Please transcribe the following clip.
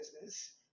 business